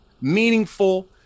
meaningful